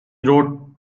wrote